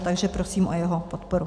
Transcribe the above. Takže prosím o jeho podporu.